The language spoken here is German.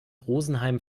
rosenheim